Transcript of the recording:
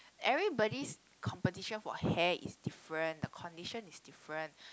everybody's composition for hair is different the condition is different